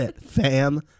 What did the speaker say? fam